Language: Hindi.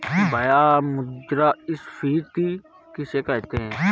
भैया मुद्रा स्फ़ीति किसे कहते हैं?